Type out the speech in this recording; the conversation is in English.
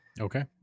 Okay